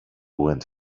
went